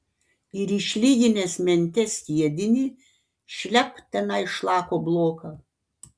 ir išlyginęs mente skiedinį šlept tenai šlako bloką